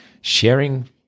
sharing